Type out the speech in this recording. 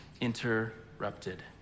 interrupted